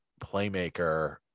playmaker